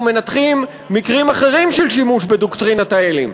מנתחים מקרים אחרים של שימוש בדוקטרינת ההלם.